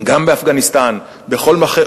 מזכיר הכנסת, מזכירת הכנסת.